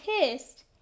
pissed